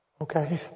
Okay